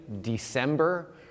december